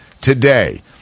today